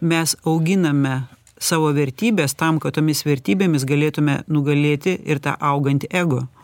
mes auginame savo vertybes tam kad tomis vertybėmis galėtume nugalėti ir tą augantį ego